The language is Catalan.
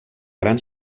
gran